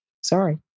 sorry